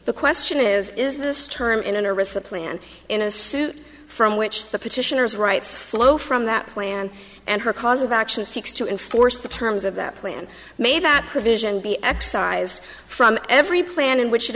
the question is is this term in a nervous a plan in a suit from which the petitioners rights flow from that plan and her cause of action seeks to enforce the terms of that plan may that provision be excised from every plan in which it